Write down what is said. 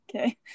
Okay